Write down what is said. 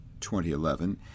2011